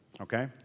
okay